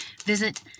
Visit